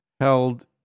held